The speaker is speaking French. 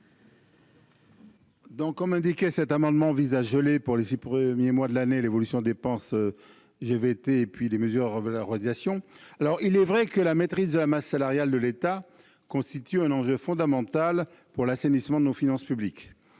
d'être indiqué, cet amendement vise à geler, pour les six premiers mois de l'année, l'évolution des dépenses relatives au GVT et les mesures de revalorisation. Il est vrai que la maîtrise de la masse salariale de l'État constitue un enjeu fondamental pour l'assainissement de nos finances publiques.